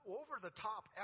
over-the-top